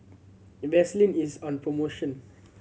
Vaselin is on promotion